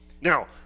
Now